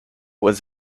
was